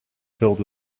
filled